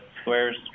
squares